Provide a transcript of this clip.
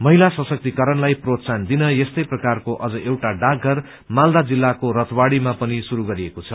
महिला सशक्तिकरणलाई प्रोत्साहन दिन यस्तै प्रकारको अझ एउटा डाकघर मालदा जिल्लाको रथवाड़ीमा पनि शुरू गरिएको छ